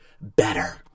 better